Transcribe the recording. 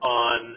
on